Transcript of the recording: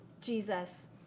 Jesus